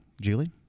Julie